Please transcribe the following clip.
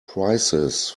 prices